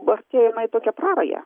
artėjama į tokią prarają